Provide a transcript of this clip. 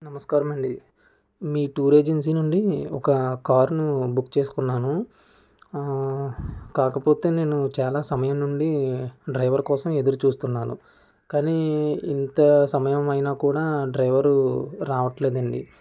నమస్కారమండి మీ tour agency నుండి ఒక కార్ను బుక్ చేసుకున్నాను ఆ కాకపొతే నేను చాలా సమయం నుండి డ్రైవర్ కోసం ఎదురుచూస్తున్నాను కానీ ఇంత సమయం అయినా కూడా డ్రైవరు రావట్లేదండి